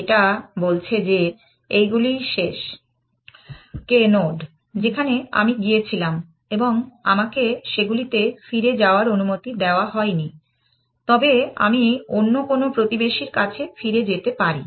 এটা বলছে যে এইগুলিই শেষ k নোড যেখানে আমি গিয়েছিলাম এবং আমাকে সেগুলিতে ফিরে যাওয়ার অনুমতি দেওয়া হয়নি তবে আমি অন্য কোনও প্রতিবেশীর কাছে ফিরে যেতে পারি